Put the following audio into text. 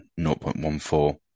0.14